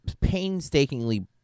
painstakingly